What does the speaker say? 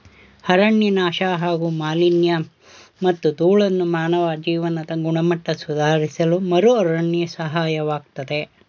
ಅರಣ್ಯನಾಶ ಹಾಗೂ ಮಾಲಿನ್ಯಮತ್ತು ಧೂಳನ್ನು ಮಾನವ ಜೀವನದ ಗುಣಮಟ್ಟ ಸುಧಾರಿಸಲುಮರುಅರಣ್ಯ ಸಹಾಯಕವಾಗ್ತದೆ